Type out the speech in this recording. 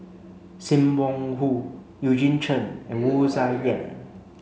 Sim Wong Hoo Eugene Chen and Wu Tsai Yen